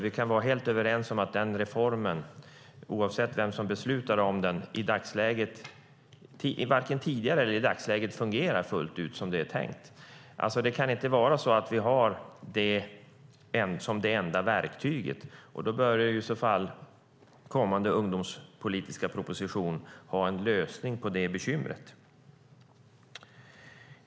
Vi kan vara helt överens om att denna reform, oavsett vem som beslutar om den, varken tidigare eller i dagsläget fungerar fullt ut som det är tänkt. Det kan inte vara så att vi har det som det enda verktyget. Kommande ungdomspolitiska proposition behöver ha en lösning på detta bekymmer.